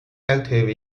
active